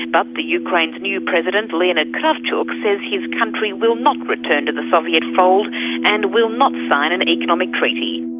but the ukraine's new president, leonid kravchuk, says his country will not return to the soviet fold and will not sign and an economic treaty.